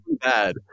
bad